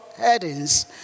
headings